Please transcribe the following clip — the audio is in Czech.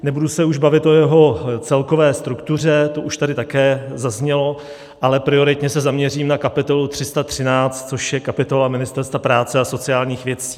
Nebudu se už bavit o jeho celkové struktuře, to už tady také zaznělo, ale prioritně se zaměřím na kapitolu 313, což je kapitola Ministerstva práce a sociálních věcí.